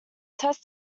test